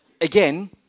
Again